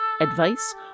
advice